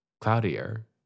cloudier